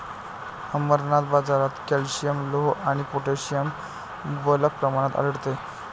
अमरनाथ, बाजारात कॅल्शियम, लोह आणि पोटॅशियम मुबलक प्रमाणात आढळते